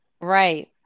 Right